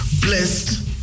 blessed